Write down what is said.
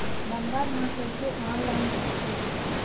Number मा कइसे online होथे?